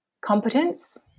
competence